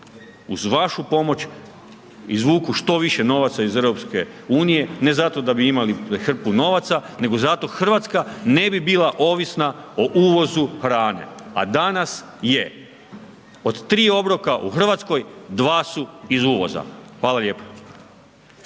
uz vašu pomoć izvuku što više novaca iz EU, ne zato da bi imali hrpu novaca, nego zato, Hrvatska ne bi bila ovisna o uvozu hrane. A danas je. Od 3 obroka u Hrvatskoj, dva su iz uvoza. Hvala lijepo.